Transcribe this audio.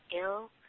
ill